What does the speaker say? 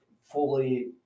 fully